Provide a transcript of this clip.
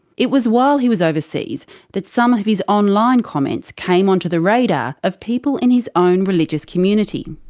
it was while he was overseas that some of his online comments came onto the radar of people in his own religious community.